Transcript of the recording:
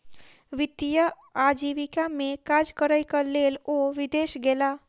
वित्तीय आजीविका में काज करैक लेल ओ विदेश गेला